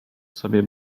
sobie